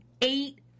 eight